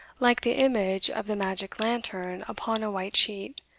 like the image of the magic lantern upon a white sheet,